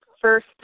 first